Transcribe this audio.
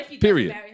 Period